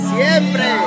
Siempre